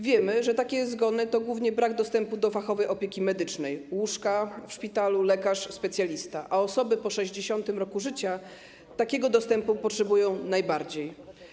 Wiemy, że takie zgony to głównie brak dostępu do fachowej opieki medycznej: łóżka w szpitalu, lekarza specjalisty, a osoby po 60. roku życia takiego dostępu potrzebują najbardziej.